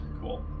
Cool